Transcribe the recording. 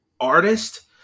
artist